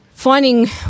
Finding